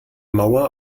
mauer